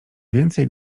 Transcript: więcej